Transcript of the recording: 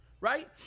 Right